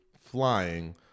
flying